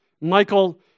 Michael